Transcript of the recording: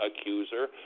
accuser